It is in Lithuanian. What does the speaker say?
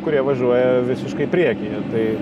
kurie važiuoja visiškai priekyje tai